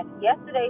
yesterday